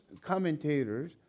commentators